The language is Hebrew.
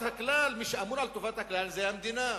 מי שאמון על טובת הכלל זה המדינה.